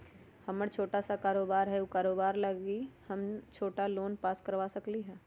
हमर छोटा सा कारोबार है उ कारोबार लागी हम छोटा लोन पास करवा सकली ह?